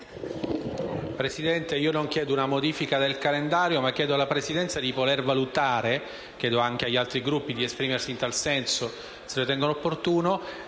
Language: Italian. Presidente, io non chiedo una modifica del calendario dei lavori, ma chiedo alla Presidenza di valutare (e chiedo anche agli altri Gruppi di esprimersi in tal senso, se lo ritengono opportuno)